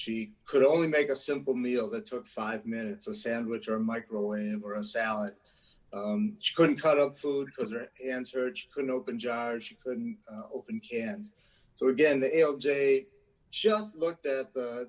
she could only make a simple meal that took five minutes a sandwich or a microwave or a salad she couldn't cut up food and search couldn't open jars she couldn't open cans so again the l j just looked at